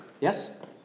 Yes